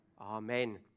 Amen